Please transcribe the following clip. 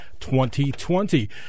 2020